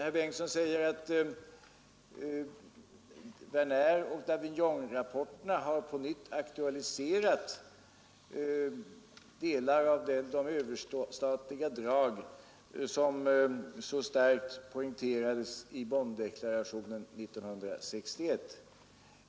Herr Bengtson säger, att Werneroch Davignonrapporterna på nytt aktualiserar delar av de överstatliga drag som starkt poängterades i Bonndeklarationen 1961.